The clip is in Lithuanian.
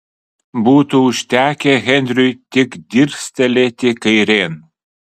būtų užtekę henriui tik dirstelėti kairėn